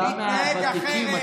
אתה מהוותיקים,